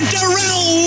Darrell